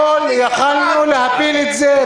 הקואליציה שלך הפילה את זה.